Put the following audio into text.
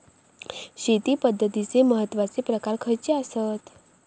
शेती पद्धतीचे महत्वाचे प्रकार खयचे आसत?